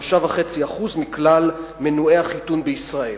3.5% מכלל מנועי החיתון בישראל.